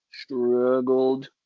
struggled